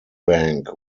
bank